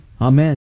Amen